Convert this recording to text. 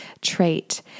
trait